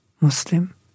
Muslim